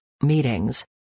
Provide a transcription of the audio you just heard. meetings